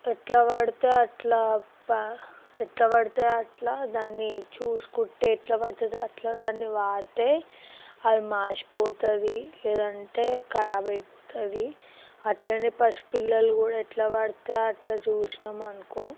ఎట్లా వడితే అట్లా ప ఎట్లా వడితే అట్లా దాన్ని చూసుకుంటే ఎట్లా పడితే దా అట్లా దాన్ని వాడితే అది మాసిపోతుంది లేదంటే కరాబ్ అయిపోతుంది అట్లానే పసిపిల్లలు కూడా ఎట్లా పడితే అట్లా చూసినాము అనుకో